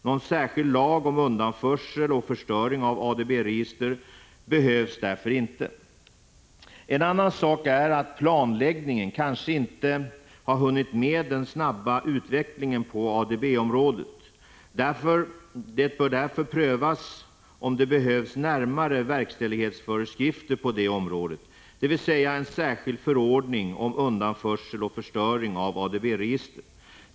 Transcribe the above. Någon särskild lag om undanförsel och förstöring av ADB-register behövs därför inte. En annan sak är att planläggningen kanske inte har hunnit med den snabba utvecklingen på ADB-området. Det bör därför prövas om det behövs närmare verkställighetsföreskrifter på det området, dvs. en särskild förordning om undanförsel och förstöring av ADB-register.